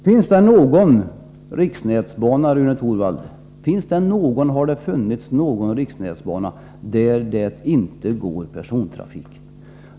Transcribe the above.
Har det funnits eller finns det, Rune Torwald, någon riksnätsbana där det inte går persontrafik?